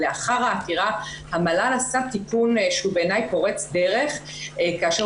לאחר העתירה המל"ל עשה תיקון שבעיני הוא פורץ דרך כאשר